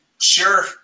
Sure